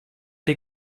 dei